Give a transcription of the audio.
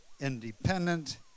independent